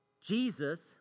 Jesus